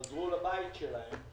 חזרו לבית שלהם.